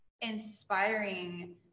inspiring